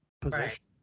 position